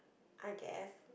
I guess